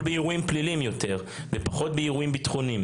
באירועים פליליים יותר ופחות באירועים ביטחוניים.